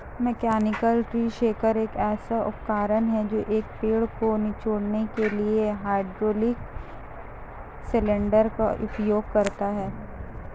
mechanical tree shaker एक ऐसा उपकरण है जो एक पेड़ को निचोड़ने के लिए हाइड्रोलिक सिलेंडर का उपयोग करता है